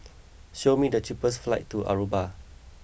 show me the cheapest flights to Aruba